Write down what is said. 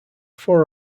four